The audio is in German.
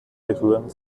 berühren